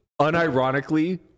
unironically